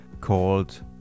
called